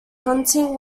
hunting